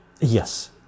yes